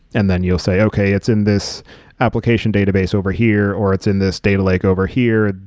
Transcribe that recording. and then you will say, okay. it's in this application database over here, or it's in this data lake over here.